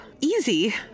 easy